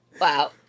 Wow